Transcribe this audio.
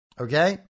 Okay